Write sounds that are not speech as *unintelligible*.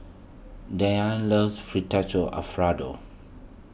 Dyllan loves *unintelligible* Alfredo